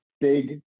big